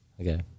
Okay